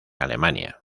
alemania